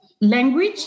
language